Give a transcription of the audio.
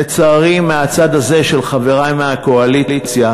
לצערי, מהצד הזה, של חברי מהקואליציה,